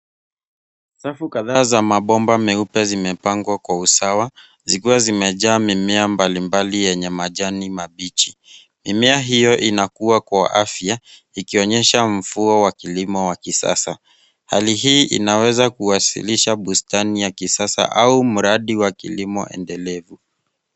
Safu kadhaa za mabomba meupe zimepangwa kwa usawa zikiwa zimejaa mimea mbalimbali yenye majani mabichi. Mimea hiyo inakua kwa afya ikionyesha mfuo wa kilimo wa kisasa. Hali hii inaweza kuwasilisha bustani ya kisasa au mradi wa kilimo endelevu.